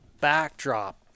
backdrop